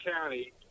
County